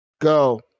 go